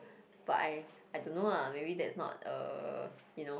but I I don't know lah maybe that's not uh you know